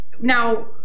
now